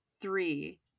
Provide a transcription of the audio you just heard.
three